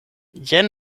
jen